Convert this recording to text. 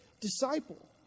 disciple